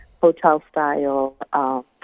hotel-style